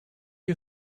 you